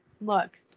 Look